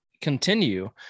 continue